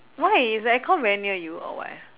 why is the aircon very near you or what